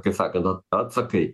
kaip sakant at atsakai